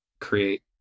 create